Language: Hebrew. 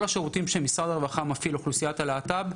אבל כל השירותים שמשרד הרווחה מפעיל לאוכלוסיית הלהט״ב,